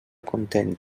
content